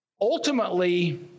ultimately